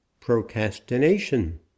procrastination